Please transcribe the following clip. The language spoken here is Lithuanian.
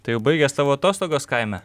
tai jau baigės tavo atostogos kaime